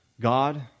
God